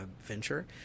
venture